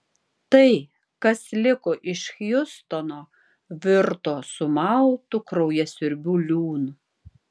tai kas liko iš hjustono virto sumautu kraujasiurbių liūnu